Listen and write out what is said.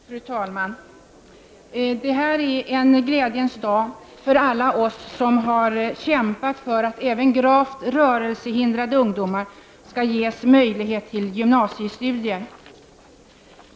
Fru talman! Det här är en glädjens dag för alla oss som har kämpat för att även gravt rörelsehindrade ungdomar skall ges möjligheter till gymnasiestudier.